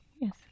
Yes